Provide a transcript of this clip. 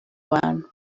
bantu